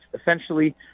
essentially